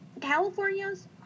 California's